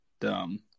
dumb